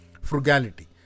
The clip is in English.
Frugality